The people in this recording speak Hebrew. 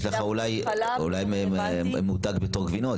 יש לך אולי מותג בתור גבינות,